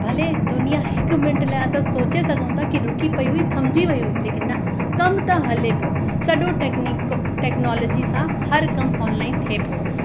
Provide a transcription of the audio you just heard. भले दुनिया हिकु मिंट लाइ असां सोचे सघूं था की रुकी पई हुई थमजी वई हुई लेकिन न कम त हले पियो सॼो टैकनीक टेक्नोलजीअ सां हर कमु ऑनलाइन थिए पियो